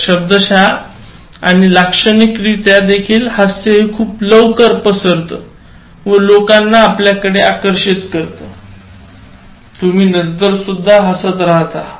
तर शब्दशः आणि लाक्षणिकरित्या देखील हास्य हे खूप लवकर पसरत व लोकांना आपल्याकडे आकर्षित करत तुम्ही नन्तर सुद्धा हासत राहाता